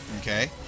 okay